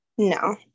No